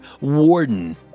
Warden